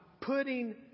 putting